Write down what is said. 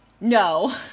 no